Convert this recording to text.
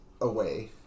Away